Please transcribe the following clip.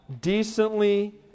decently